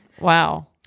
Wow